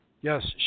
Yes